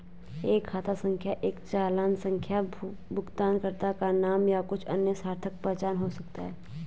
एक खाता संख्या एक चालान संख्या भुगतानकर्ता का नाम या कुछ अन्य सार्थक पहचान हो सकता है